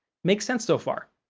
makes sense so far.